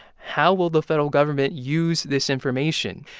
how will the federal government use this information?